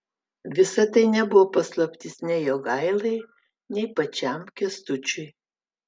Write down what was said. visa tai nebuvo paslaptis nei jogailai nei pačiam kęstučiui